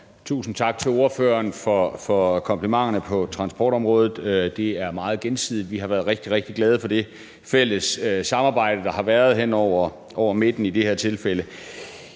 tusind tak til ordføreren for komplimenterne på transportområdet. Det er meget gensidigt. Vi har været rigtig, rigtig glade for det fælles samarbejde, der har været hen over midten i det her tilfælde.